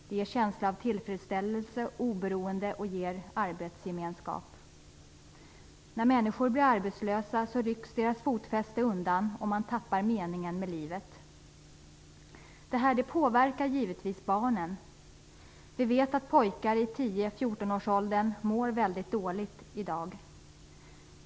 Det ger känslan av tillfredsställelse och oberoende och ger arbetsgemenskap. När människor blir arbetslösa rycks deras fotfäste undan, och de tappar meningen med livet. Det här påverkar givetvis barnen. Vi vet att pojkar i 10-14-årsåldern mår dåligt i dag.